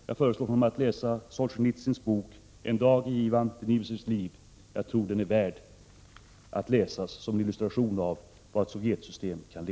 Jag föreslår att han läser Solsjenitsyns bok En dag i Ivan Denisovitjs liv — jag tror att den är värd att läsas som en illustration till vart ett sovjetsystem kan leda.